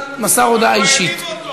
דקות פה, תחכה.